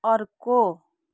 अर्को